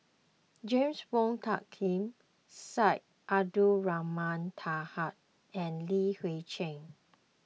James Wong Tuck Yim Syed Abdulrahman Taha and Li Hui Cheng